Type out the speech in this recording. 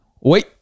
wait